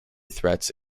threats